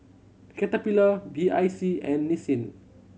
Caterpillar B I C and Nissin